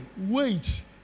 wait